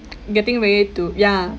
getting ready to ya